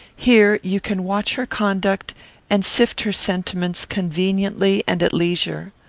here you can watch her conduct and sift her sentiments conveniently and at leisure.